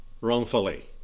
wrongfully